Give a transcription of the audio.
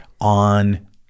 on